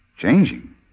Changing